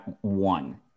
one